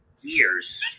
years